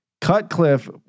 Cutcliffe